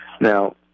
Now